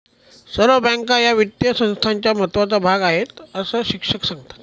सर्व बँका या वित्तीय संस्थांचा महत्त्वाचा भाग आहेत, अस शिक्षक सांगतात